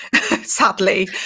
sadly